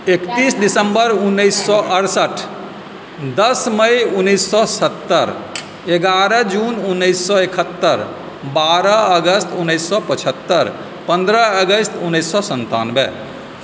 एकतीस दिसम्बर उन्नैस सए अठसठि दस मई उन्नैस सए सत्तरि एगारह जून उन्नैस सए एकहत्तरि बारह अगस्त उन्नैस सए पचहत्तरि पन्द्रह अगस्त उन्नैस सए सन्तानबे